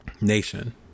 nation